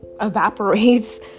evaporates